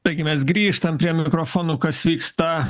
taigi mes grįžtam prie mikrofonų kas vyksta